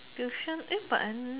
tuition eh but and